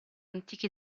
antichi